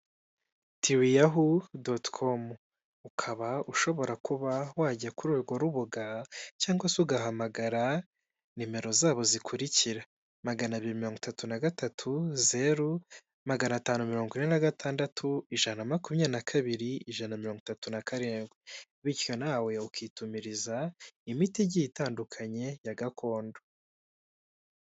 Tiwiyahu dotucom ukaba ushobora kuba wajya kuri urwo rubuga cyangwa se ugahamagara nimero zabo zikurikira magana abiri mirongo itatu na gatatuzeru magana atanu mirongo ine na gatandatu ijana na makumyabiri na kabiri ijana mirongo itatu na karindwi bityo nawe ukitumiriza imiti igiye itandukanye ya gakondo.